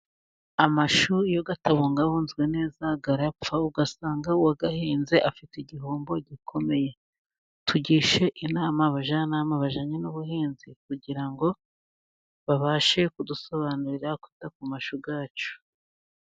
Amashu iyo atabungabunzwe neza arapfa, ugasanga uwayahinze afite igihombo gikomeye, tugishe inama abajyanama bajyanye n'ubuhinzi kugira ngo babashe kudusobanurira kwita ku mashu yacu.